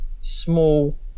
small